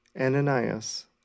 Ananias